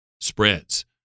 spreads